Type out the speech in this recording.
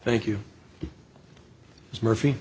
thank you murphy